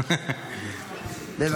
בבקשה, לרשותך חמש דקות.